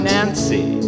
Nancy